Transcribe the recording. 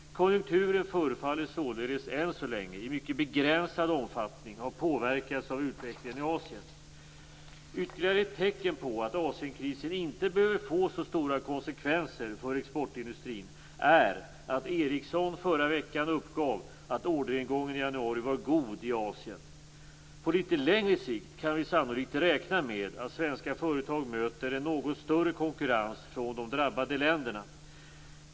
Konjunkturen förefaller således än så länge i mycket begränsad omfattning ha påverkats av utvecklingen i Asien. Ytterligare ett tecken på att Asienkrisen inte behöver få så stora konsekvenser för exportindustrin är att Ericsson förra veckan uppgav att orderingången i januari var god i Asien. På litet längre sikt kan vi sannolikt räkna med att svenska företag möter en något större konkurrens från de drabbade länderna.